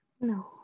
no